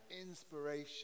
inspiration